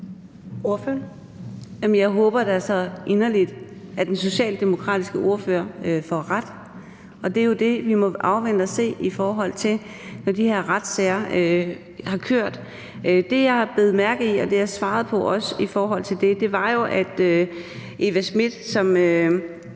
da så inderligt, at den socialdemokratiske ordfører får ret. Det er jo det, vi må afvente og se, når de her retssager har kørt. Det, jeg bed mærke i, og det, jeg også svarede på i forhold til det, var jo, at Eva Smith var